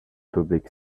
public